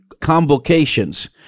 convocations